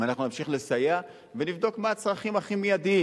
אנחנו נמשיך לסייע, ונבדוק מה הצרכים הכי מיידיים.